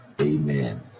Amen